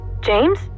James